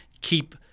keep